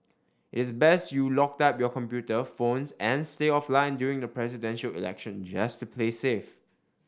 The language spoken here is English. it's best you locked up your computer phones and stay offline during the Presidential Election just to play safe